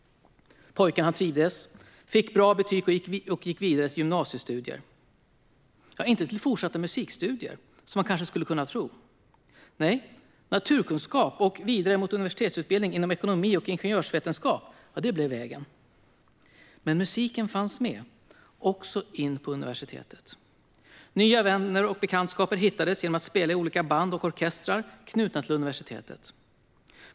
Pojken trivdes, fick bra betyg och gick vidare till gymnasiestudier. Det blev inte fortsatta musikstudier, som man kanske hade kunnat tro. Nej, naturkunskap och sedan universitetsutbildning inom ekonomi och ingenjörsvetenskap blev vägen. Men musiken fanns med också på universitetet. Nya vänner och bekantskaper hittades i olika band och orkestrar som var knutna till universitetet.